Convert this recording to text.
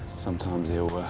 sometimes he'll